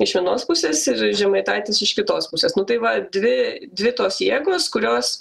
iš vienos pusės ir žemaitaitis iš kitos pusės nu tai va dvi dvi tos jėgos kurios